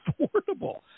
affordable